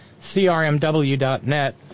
CRMW.net